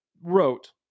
wrote